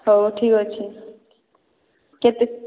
ହଉ ଠିକ୍ଅଛି କେତେ